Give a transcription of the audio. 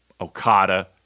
Okada